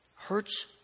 Hurts